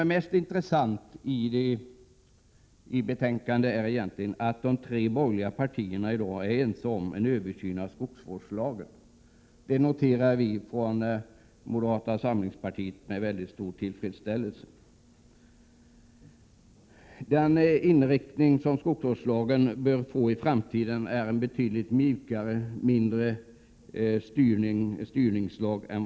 Det mest intressanta i betänkandet är att de tre borgerliga partierna i dag är ense om en översyn av skogsvårdslagen. Det noterar vi i moderata samlingspartiet med mycket stor tillfredsställelse. Skogsvårdslagen bör i framtiden inriktas på en betydligt mjukare styrning än nu.